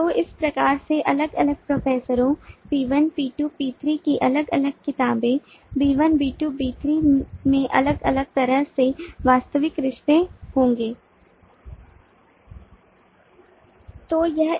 तो इस तरह से अलग अलग प्रोफेसरों P1 P2 P3 की अलग अलग किताबें B1 B2 B3 में अलग अलग तरह के वास्तविक रिश्ते होंगे